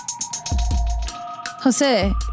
Jose